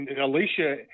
Alicia